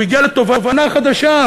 הוא הגיע לתובנה חדשה,